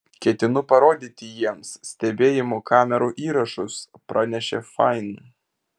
ketinu parodyti jiems stebėjimo kamerų įrašus pranešė fain